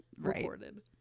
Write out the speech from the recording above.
recorded